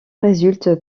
résulte